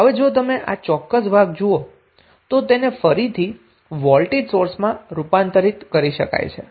હવે જો તમે આ ચોક્કસ ભાગ જુઓ તો તેને ફરીથી વોલ્ટેજ સોર્સમાં રૂપાંતરિત કરી શકાય છે